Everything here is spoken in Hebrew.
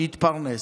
שיתפרנס.